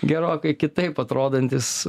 gerokai kitaip atrodantis